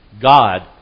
God